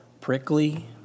prickly